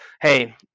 hey